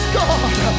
God